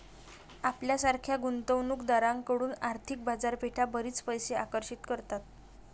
आपल्यासारख्या गुंतवणूक दारांकडून आर्थिक बाजारपेठा बरीच पैसे आकर्षित करतात